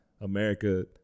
America